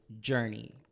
journey